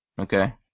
Okay